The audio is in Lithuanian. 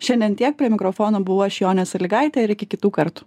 šiandien tiek prie mikrofono buvau aš jonė salygaitė ir iki kitų kartų